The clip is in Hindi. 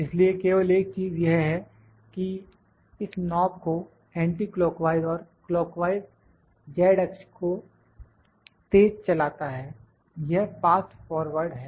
इसलिए केवल एक चीज यह है कि इस नाब को एंटीक्लॉकवाइज और क्लॉकवाइज z अक्ष को तेज चलाता है यह फास्ट फॉरवर्ड है